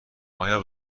آیا